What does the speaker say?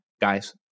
guys